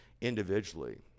individually